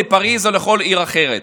לפריז או לכל עיר אחרת,